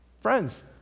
Friends